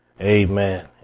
amen